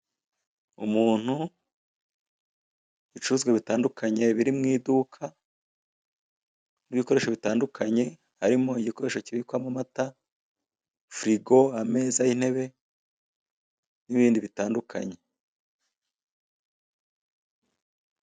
Umuntu, ibicuruzwa bitandukanye biri mu iduka n'ibikoresho bitandukanye, harimo igikoresho kibikwamo amata firigo, ameza y'intebe n'ibindi bitandukanye.